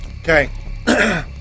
Okay